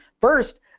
first